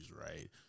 right